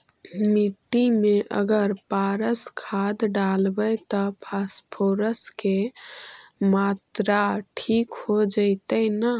मिट्टी में अगर पारस खाद डालबै त फास्फोरस के माऋआ ठिक हो जितै न?